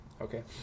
Okay